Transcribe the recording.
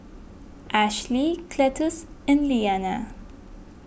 Ashely Cletus and Leana